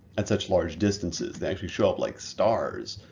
at such large distances. they actually show up like stars,